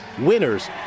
winners